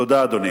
תודה, אדוני.